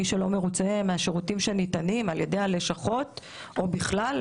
מי שלא מרוצה מהשירותים שניתנים על ידי הלשכות או בכלל,